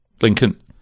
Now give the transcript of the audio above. Lincoln